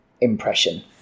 impression